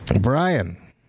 Brian